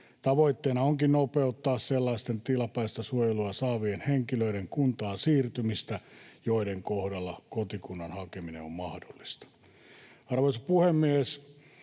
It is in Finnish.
Tavoitteena onkin nopeuttaa sellaisten tilapäistä suojelua saavien henkilöiden kuntaan siirtymistä, joiden kohdalla kotikunnan hakeminen on mahdollista. Arvoisa puhemies!